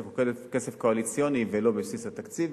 הוא כסף קואליציוני ולא בבסיס התקציב.